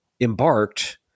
embarked